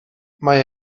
mae